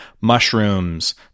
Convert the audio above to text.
mushrooms